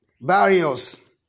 Barrios